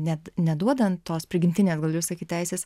net neduodant tos prigimtinės galiu sakyt teisės